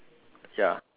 ya